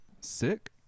Sick